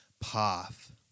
path